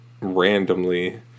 randomly